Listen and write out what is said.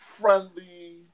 friendly